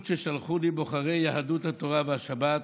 ששלחו אותי בוחרי יהדות התורה והשבת,